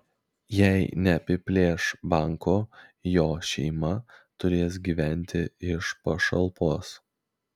jei neapiplėš banko jo šeima turės gyventi iš pašalpos